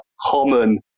common